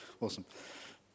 Awesome